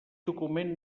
document